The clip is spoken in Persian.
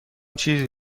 چیزی